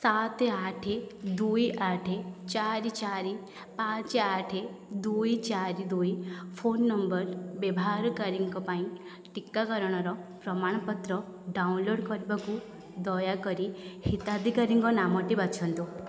ସାତ ଆଠ ଦୁଇ ଆଠ ଚାରି ଚାରି ପାଞ୍ଚ ଆଠ ଦୁଇ ଚାରି ଦୁଇ ଫୋନ୍ ନମ୍ବର୍ ବ୍ୟବହାରକାରୀଙ୍କ ପାଇଁ ଟିକାକରଣର ପ୍ରମାଣପତ୍ର ଡାଉନଲୋଡ଼୍ କରିବାକୁ ଦୟାକରି ହିତାଧିକାରୀଙ୍କ ନାମଟି ବାଛନ୍ତୁ